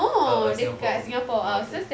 oh oh singapore oh okay